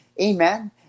Amen